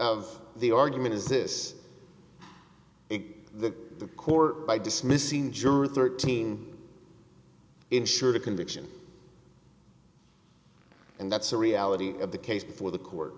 of the argument is this the court by dismissing juror thirteen ensured a conviction and that's the reality of the case before the court